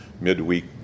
midweek